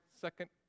second